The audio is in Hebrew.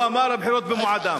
הוא אמר: הבחירות במועדן.